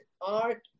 art